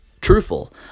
truthful